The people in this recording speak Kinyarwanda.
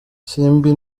simbi